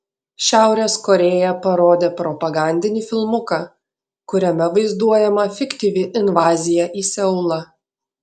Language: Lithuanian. šiaurės korėja parodė propagandinį filmuką kuriame vaizduojama fiktyvi invazija į seulą